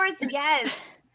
yes